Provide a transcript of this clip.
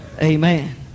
Amen